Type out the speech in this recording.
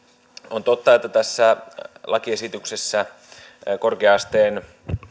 on totta että tässä lakiesityksessä korkea asteen